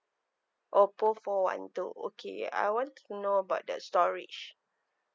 Oppo four one two okay I want to know about the storage